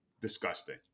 disgusting